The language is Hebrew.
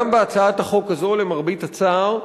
גם בהצעת החוק הזו, למרבה הצער,